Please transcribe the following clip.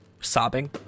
sobbing